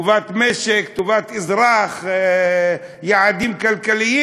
טובת המשק, טובת האזרח, יעדים כלכליים,